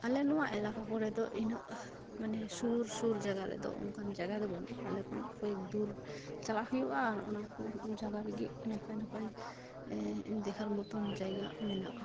ᱟᱞᱮ ᱱᱚᱣᱟ ᱮᱞᱟᱠᱟ ᱠᱚᱨᱮᱫᱚ ᱤᱱᱟᱹᱜ ᱢᱟᱱᱮ ᱥᱩᱨᱼᱥᱩᱨ ᱡᱟᱜᱟ ᱨᱮᱫᱚ ᱚᱱᱠᱟᱱ ᱡᱟᱜᱟᱫᱚ ᱵᱟᱹᱱᱩᱜᱼᱟ ᱟᱞᱮ ᱠᱷᱚᱱᱟᱜ ᱠᱚᱭᱮᱠᱫᱩᱨ ᱪᱟᱞᱟᱜ ᱦᱩᱭᱩᱜᱼᱟ ᱟᱨ ᱚᱱᱟᱠᱚ ᱡᱟᱜᱟ ᱞᱤᱜᱤᱫ ᱱᱟᱯᱟᱭᱼᱱᱟᱯᱟᱭ ᱫᱮᱠᱷᱟᱨ ᱢᱚᱛᱚᱱ ᱡᱟᱭᱜᱟ ᱢᱮᱱᱟᱜᱼᱟ